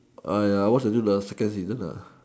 watch until the second season